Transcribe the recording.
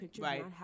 right